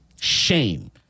shame